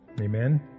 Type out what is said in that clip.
Amen